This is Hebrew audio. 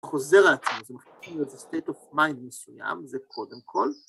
חוזר לעצמי, זה מחכים לי איזה state of mind מסוים, זה קודם כל.